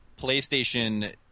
playstation